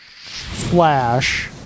Flash